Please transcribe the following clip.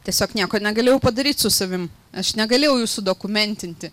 tiesiog nieko negalėjau padaryt su savim aš negalėjau jų sudokumentinti